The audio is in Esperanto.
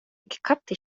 ekkapti